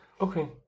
Okay